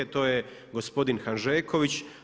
To je gospodin Hanžeković.